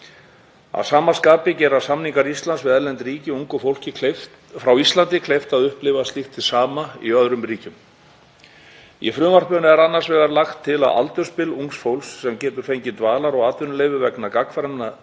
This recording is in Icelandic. Að sama skapi gera samningar Íslands við erlend ríki ungu fólki frá Íslandi kleift að upplifa slíkt hið sama í öðrum ríkjum. Í frumvarpinu er annars vegar lagt til að aldursbil ungs fólks sem getur fengið dvalar- og atvinnuleyfi vegna gagnkvæmra